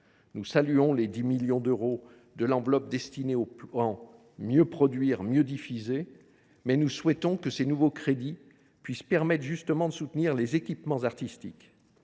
Nous saluons les 10 millions d’euros destinés au plan Mieux produire, mieux diffuser, mais nous souhaitons que ces nouveaux crédits puissent justement soutenir les équipements artistiques.